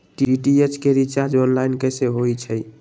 DTH के recharge online कैसे होईछई?